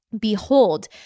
Behold